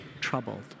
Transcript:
troubled